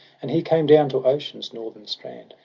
and he came down to ocean's northern strand,